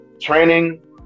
training